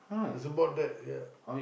I support that ya